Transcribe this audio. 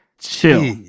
Chill